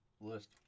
list